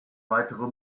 weitere